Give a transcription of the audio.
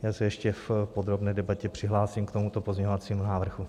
Já se ještě v podrobné debatě přihlásím k tomuto pozměňovacímu návrhu.